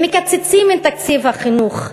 ומקצצים את תקציב החינוך,